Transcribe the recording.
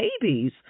babies